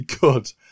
good